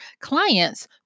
clients